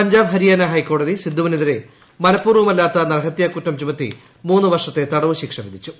പഞ്ചാബ് ഹരിയാന ഹൈക്കോടതി സിദ്ദുവിനെതിരെ മനപ്പൂർവ്വമല്ലാത്ത നരഹത്യാകുറ്റം ചുമത്തി മൂന്ന് വർഷത്തെ തടവ് ശിക്ഷ വിധിച്ചു